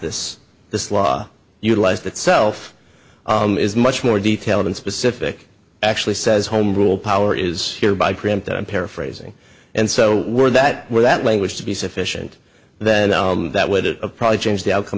this this law utilized itself is much more detailed and specific actually says home rule power is hereby preempted i'm paraphrasing and so were that were that language to be sufficient that that would probably change the outcome